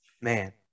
Man